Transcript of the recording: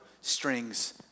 strings